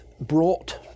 brought